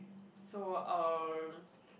so um